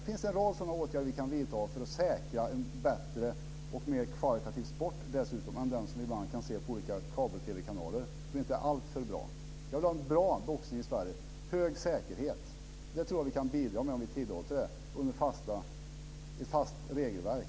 Det finns en rad sådana åtgärder som vi kan vidta för att säkra en bättre och mer kvalitativ sport än den som vi ibland kan se på olika kabel-TV kanaler. Den är inte alltför bra. Jag vill ha en bra boxning i Sverige, med hög säkerhet. Det tror jag vi kan bidra med om vi tillåter detta med ett fast regelverk.